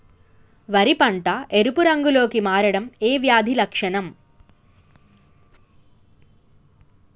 వరి పంట ఎరుపు రంగు లో కి మారడం ఏ వ్యాధి లక్షణం?